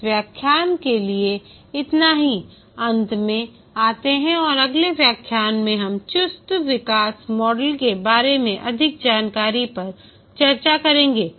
इस व्याख्यान के लिए इतना ही अंत में आते हैं और अगले व्याख्यान में हम चुस्त विकास मॉडल के बारे में अधिक जानकारी पर चर्चा करेंगे